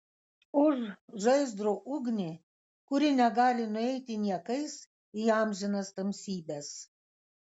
už žaizdro ugnį kuri negali nueiti niekais į amžinas tamsybes